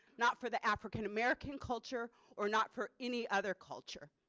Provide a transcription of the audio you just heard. not for the african-american culture or not for any other culture.